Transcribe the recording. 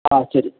ആ ശരി